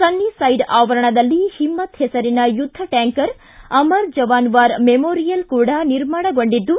Sunnyside ಆವರಣದಲ್ಲೇ ಹಮ್ಮತ್ ಹೆಸರಿನ ಯುದ್ಧ tanker Amar Jawan war memorial ಕೂಡಾ ನಿರ್ಮಾಣಗೊಂಡಿದ್ದು